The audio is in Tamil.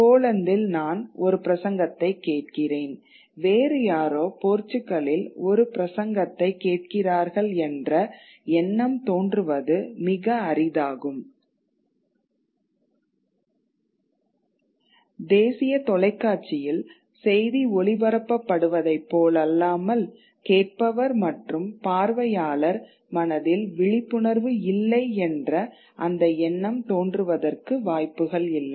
போலந்தில் நான் ஒரு பிரசங்கத்தை கேட்கிறேன் வேறு யாரோ போர்ச்சுகலில் ஒரு பிரசங்கத்தைக் கேட்கிறார்கள் என்ற எண்ணம் தோன்றுவது மிக அரிதாகும் தேசிய தொலைக்காட்சியில் செய்தி ஒளிபரப்பப்படுவதைப் போலல்லாமல் கேட்பவர் மற்றும் பார்வையாளர் மனதில் விழிப்புணர்வு இல்லை என்ற அந்த எண்ணம் தோன்றுவதற்கு வாய்ப்புகள் இல்லை